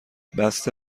بسته